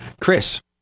Chris